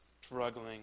struggling